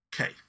okay